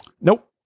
Nope